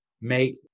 make